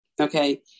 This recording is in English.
okay